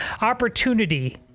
opportunity